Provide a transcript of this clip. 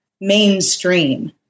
mainstream